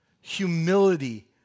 Humility